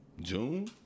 June